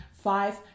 Five